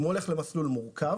מסלול מורכב